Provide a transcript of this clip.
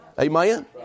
Amen